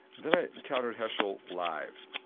then i encountered heschel live.